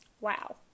wow